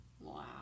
wow